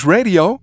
Radio